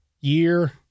year